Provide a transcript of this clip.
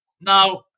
Now